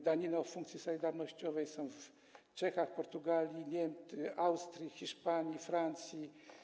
Daniny o funkcji solidarnościowej są w Czechach, Portugalii, Austrii, Hiszpanii, Francji.